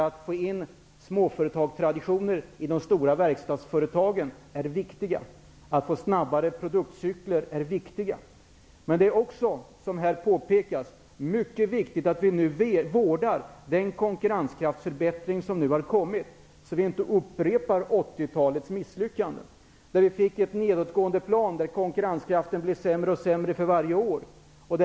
Att få in småföretagstraditioner i de stora verkstadsföretagen är viktigt. Det är viktigt att få snabbare produktcykler. Men det är också, som här påpekas, mycket viktigt att vi nu vårdar den konkurrenskraftsförbättring som har kommit, så att vi inte upprepar 80-talets misslyckanden. Då fick vi ett nedåtgående plan. Konkurrenskraften blev sämre och sämre för varje år.